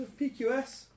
PQS